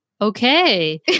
okay